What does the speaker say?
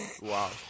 wow